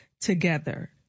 together